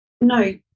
No